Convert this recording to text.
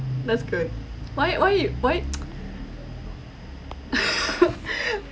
that's good why why you why